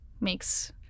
makes